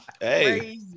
Hey